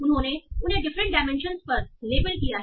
उन्होंने उन्हें different dimension पर लेबल किया है